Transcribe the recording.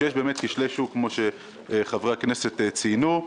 כשיש כשלי שוק, כפי שחברי הכנסת ציינו,